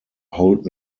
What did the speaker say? hold